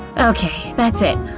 okay, that's it!